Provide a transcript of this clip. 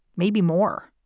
maybe more.